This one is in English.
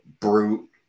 brute